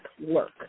work